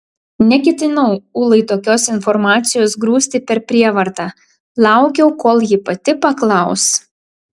neketinau ulai tokios informacijos grūsti per prievartą laukiau kol ji pati paklaus